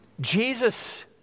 Jesus